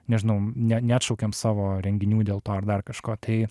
nežinau ne neatšaukiam savo renginių dėl to ar dar kažko tai